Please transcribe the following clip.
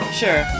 sure